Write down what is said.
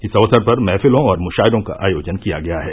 इस अवसर पर महफिलों और मुशायरो का आयोजन किया गया है